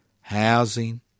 Housing